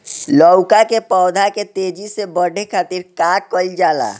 लउका के पौधा के तेजी से बढ़े खातीर का कइल जाला?